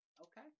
Okay